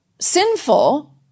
sinful